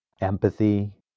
Empathy